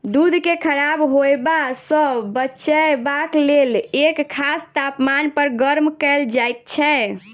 दूध के खराब होयबा सॅ बचयबाक लेल एक खास तापमान पर गर्म कयल जाइत छै